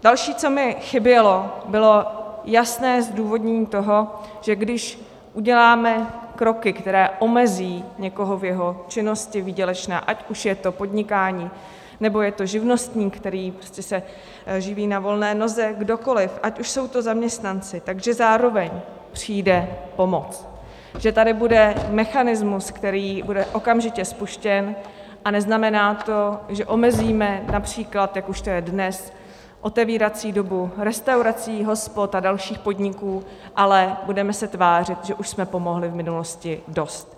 Další, co mi chybělo, bylo jasné zdůvodnění toho, že když uděláme kroky, které omezí někoho v jeho výdělečné činnosti, ať už je to podnikání, nebo je to živnostník, který se teď živí na volné noze, kdokoli, ať už jsou to zaměstnanci, tak že zároveň přijde pomoc, že tady bude mechanismus, který bude okamžitě spuštěn, a neznamená to, že omezíme například, jak už to je dnes, otevírací dobu restaurací, hospod a dalších podniků, ale budeme se tvářit, že už jsme pomohli v minulosti dost.